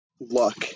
luck